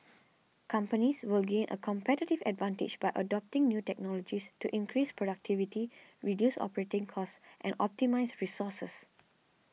companies will gain a competitive advantage by adopting new technologies to increase productivity reduce operating costs and optimise resources